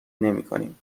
نمیکنیم